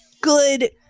good